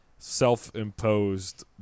self-imposed